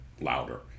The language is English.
louder